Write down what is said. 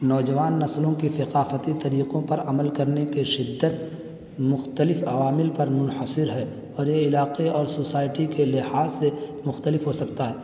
نوجوان نسلوں کی ثقافتی طریقوں پر عمل کرنے کے شدت مختلف عوامل پر منحصر ہے اور یہ علاقے اور سوسائٹی کے لحاظ سے مختلف ہو سکتا ہے